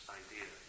idea